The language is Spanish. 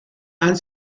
han